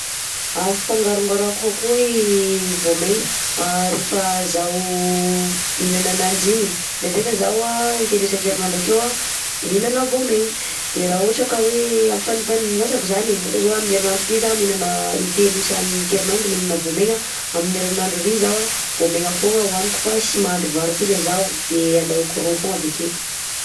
Ampifangarongaroako akao i vaomegna a rehefa zaho miinana ananjy igny, ndrendreka zaho an in-telo isan-kerinandro akeo a miinana vaomegna ,de raha ohatra ka hoe ampifandimbindimbiasako zany e, ohatra zao amin'ny herinandro ty zaho a miinana in-telo isan-kerinandro miinana vaomegna, de amin'ny herinandro rÿ zaho an vaomegna fogna hoaniko fa tsy mahandro vary koza zaho de andrahoko ro fogna avy akeo.